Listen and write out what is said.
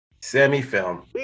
Semi-film